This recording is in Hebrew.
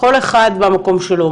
כל אחד במקום שלו,